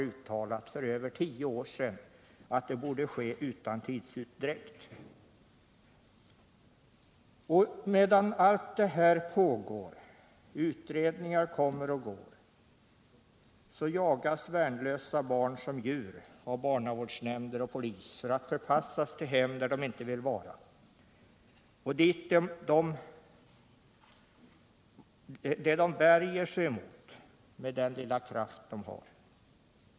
Under tiden och medan utredningar kommer och går jagas värnlösa barn som djur av barnavårdsnämnder och poliser. De förpassas till hem där de inte vill vara och de värjer sig mot det med den lilla kraft de har.